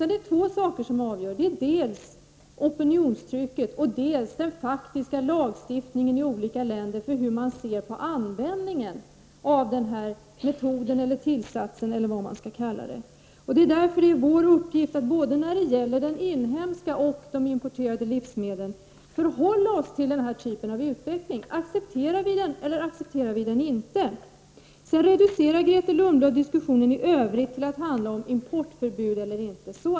Det är två saker som avgör. Dels gäller det opinionstrycket, dels den faktiska lagstiftningen i olika länder när det gäller användningen av metoder, tillsatser eller vad man skall kalla det. Därför är det vår uppgift att beträffande både de inhemska och de importerade livsmedlen bestämma hur vi skall förhålla oss till den här typen av utveckling. Accepterar vi den eller accepterar vi den inte? Sedan reducerade Grethe Lundblad diskussionen i övrigt till att handla om importförbud eller inte.